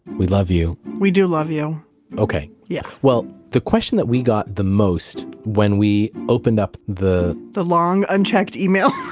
we love you we do love you okay. yeah well, the question that we got the most when we opened up the the long-unchecked email